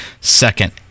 second